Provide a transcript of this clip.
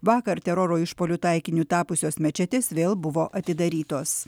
vakar teroro išpuolio taikiniu tapusios mečetės vėl buvo atidarytos